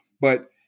but-